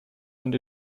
und